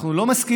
אנחנו לא מסכימים,